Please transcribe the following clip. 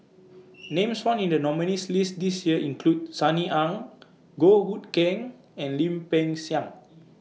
Names found in The nominees' list This Year include Sunny Ang Goh Hood Keng and Lim Peng Siang